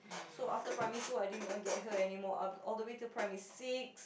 so after Primary two I did not get her anymore all the way until Primary six